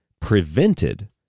prevented